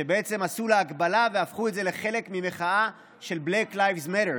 שבעצם עשו לה הקבלה והפכו את זה לחלק מהמחאה של Black Lives Matter,